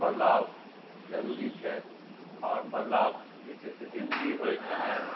बदलाव जरूरी छै आओर बदलाव जे छै से जिन्दगी होइ चाहे